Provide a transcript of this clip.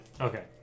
Okay